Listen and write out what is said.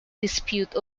dispute